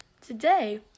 today